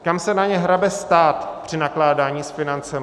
Kam se na ně hrabe stát při nakládání s financemi.